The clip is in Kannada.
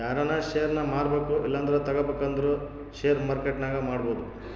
ಯಾರನ ಷೇರ್ನ ಮಾರ್ಬಕು ಇಲ್ಲಂದ್ರ ತಗಬೇಕಂದ್ರ ಷೇರು ಮಾರ್ಕೆಟ್ನಾಗ ಮಾಡ್ಬೋದು